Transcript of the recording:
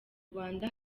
rwanda